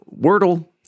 Wordle